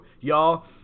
y'all